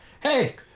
hey